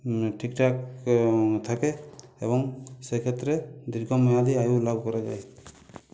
ঠিকঠাক থাকে এবং সেক্ষেত্রে দীর্ঘমেয়াদি আয়ু লাভ করা যায়